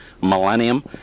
Millennium